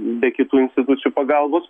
be kitų institucijų pagalbos